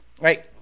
right